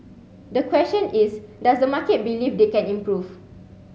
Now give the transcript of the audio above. the question is does the market believe they can improve